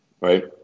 Right